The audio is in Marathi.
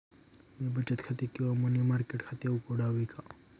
मी बचत खाते किंवा मनी मार्केट खाते उघडावे का?